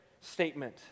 statement